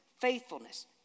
faithfulness